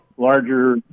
larger